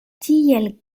tiel